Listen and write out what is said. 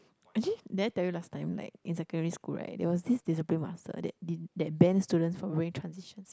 actually did I tell you last time like in secondary school right there was this discipline master that didn't that banned student from wearing transition